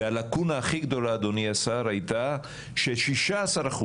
והלקונה הכי גדולה אדוני השר הייתה, ש-16%,